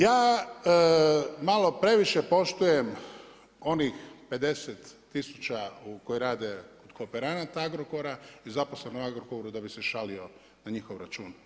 Ja malo previše poštujem onih 50000 u kojoj rade kooperanata Agrokora i zaposleno u Agrokor da bi se šalio na njihov račun.